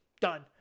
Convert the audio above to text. done